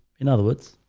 in other words.